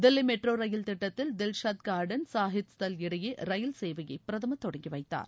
தில்வி metro ரயில் திட்டத்தில் Dilshad garden Shaheed Sthal இடையே ரயில் சேவைய பிரதமர் தொடங்கி வைத்தார்